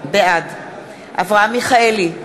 בעד אברהם מיכאלי,